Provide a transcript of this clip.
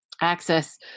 access